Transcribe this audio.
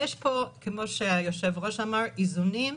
כמו שהיושב-ראש אמר, יש פה איזונים,